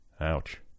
Ouch